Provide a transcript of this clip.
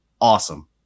awesome